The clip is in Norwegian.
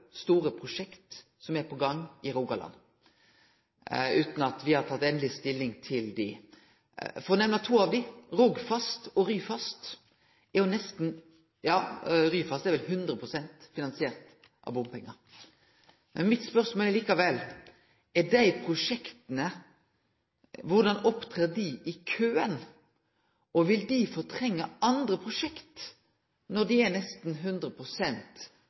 store prosjekt som er på gang i Rogaland, utan at me har teke endeleg stilling til dei. For å nemne to av dei, Rogfast og Ryfast, er dei nesten – ja, Ryfast er vel 100 pst. finansiert av bompengar. Spørsmålet mitt er likevel: Korleis står dei prosjekta i køen, og vil dei fortrengje andre prosjekt, når dei er nesten